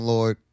Lord